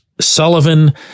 Sullivan